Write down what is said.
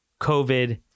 COVID